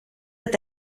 eta